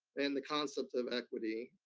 and concept of equity.